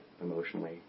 emotionally